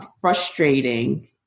frustrating